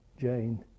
Jane